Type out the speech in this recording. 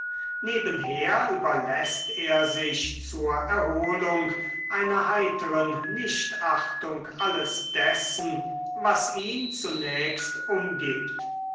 nebenher überläßt er sich zur erholung einer heiteren nichtachtung alles dessen was ihn zunächst umgibt